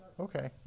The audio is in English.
Okay